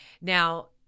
Now